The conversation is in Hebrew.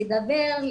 לדבר,